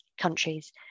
countries